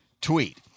tweet